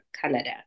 Canada